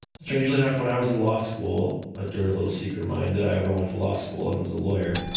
strangely enough, when i was in law school, a dirty little secret of mine that i ever went to law school and was a lawyer,